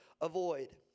avoid